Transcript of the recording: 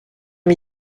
est